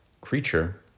creature